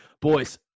Boys